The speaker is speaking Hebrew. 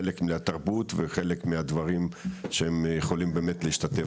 חלק לתרבות וחלק מהדברים שהם יכולים באמת להשתתף